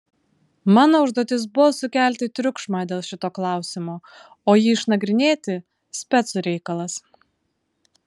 mano užduotis buvo sukelti triukšmą dėl šito klausimo o jį išnagrinėti specų reikalas